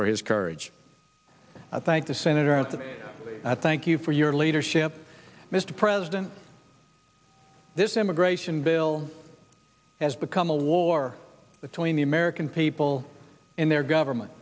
for his courage i thank the senator and i thank you for your leadership mr president this immigration bill has become a war between the american people and their government